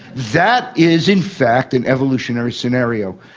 that is in fact an evolutionary scenario,